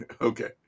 okay